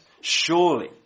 surely